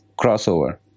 Crossover